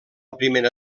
primera